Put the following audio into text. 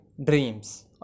dreams